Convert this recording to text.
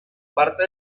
parte